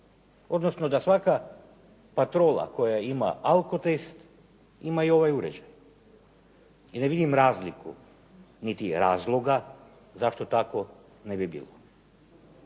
odnosno da svaka patrola koja ima alkotest ima i ovaj uređaj. I ne vidim razliku niti razloga zašto tako ne bi bilo.